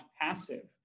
passive